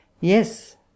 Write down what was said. Yes